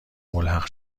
ملحق